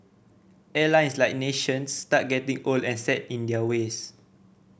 airlines like nations start getting old and set in their ways